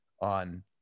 on